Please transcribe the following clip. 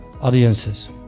audiences